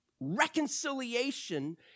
reconciliation